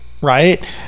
right